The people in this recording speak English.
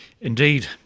Indeed